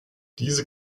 diese